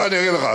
אני אגיד לך.